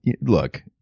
Look